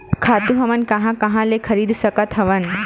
खातु हमन कहां कहा ले खरीद सकत हवन?